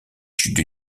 chutes